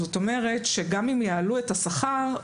זאת אומרת שגם אם יעלו את השכר,